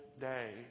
day